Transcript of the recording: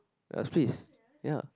ya split is ya